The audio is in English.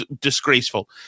disgraceful